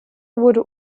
wurde